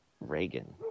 Reagan